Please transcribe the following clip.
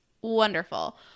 wonderful